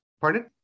Pardon